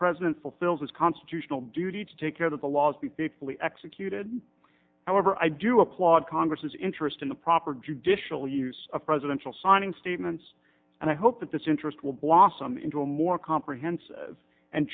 president fulfills his constitutional duty to take care that the laws be faithfully executed however i do applaud congress interest in the proper judicial use of presidential signing statements and i hope that this interest will blossom into a more comprehensive and